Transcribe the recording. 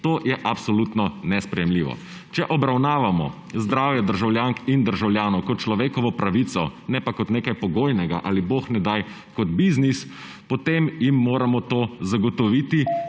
To je absolutno nesprejemljivo. Če obravnavamo zdravje državljank in državljanov kot človekovo pravico, ne pa kot nekaj pogojnega ali, bog ne daj, kot biznis, potem jim moramo to zagotoviti,